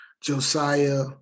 Josiah